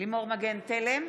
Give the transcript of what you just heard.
לימור מגן תלם,